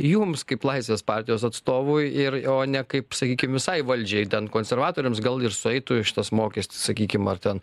jums kaip laisvės partijos atstovui ir o ne kaip sakykim visai valdžiai ten konservatoriams gal ir sueitų šitas mokestis sakykim ar ten